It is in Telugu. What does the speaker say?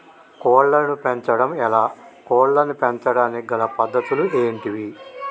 కోళ్లను పెంచడం ఎలా, కోళ్లను పెంచడానికి గల పద్ధతులు ఏంటివి?